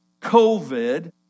COVID